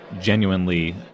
Genuinely